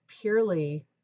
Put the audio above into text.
purely